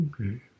Okay